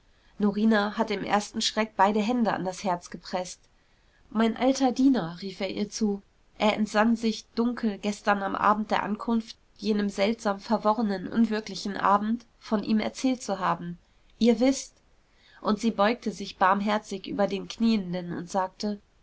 norina hatte im ersten schreck beide hände an das herz gepreßt mein alter diener rief er ihr zu er entsann sich dunkel gestern am abend der ankunft jenem seltsam verworrenen unwirklichen abend von ihm erzählt zu haben ihr wißt und sie beugte sich barmherzig über den knienden und sagte